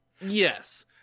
Yes